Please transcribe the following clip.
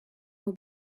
will